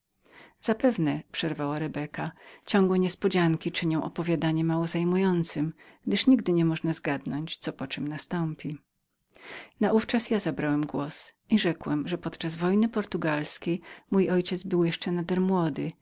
zapewne przerwała rebeka ciągłe niespodzianki zmniejszają zajęcie tej powieści nigdy nie można zgadnąć co po czem nastąpi naówczas ja zabrałem głos i rzekłem że podczas wojny portugalskiej mój ojciec był jeszcze nader młodym